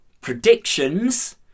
predictions